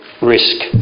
risk